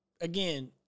again